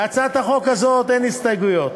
להצעת החוק הזאת אין הסתייגויות.